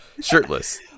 Shirtless